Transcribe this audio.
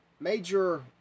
Major